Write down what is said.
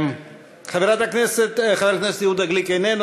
חבר הכנסת יהודה גליק איננו,